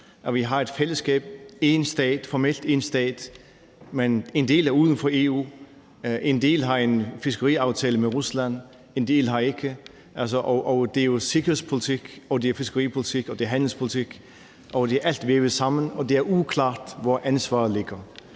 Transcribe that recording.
Vi har et fællesskab, én stat, formelt én stat, men en del er uden for EU, en del har en fiskeriaftale med Rusland, en del har det ikke, og det er jo sikkerhedspolitik, det er fiskeripolitik, og det er handelspolitik, og det er alt sammen vævet sammen, og det er uklart, hvor ansvaret ligger.